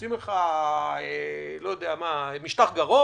עושים לך משטח גרון,